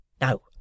Now